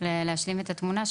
להשלים את התמונה.